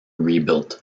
rebuilt